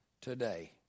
today